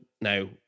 now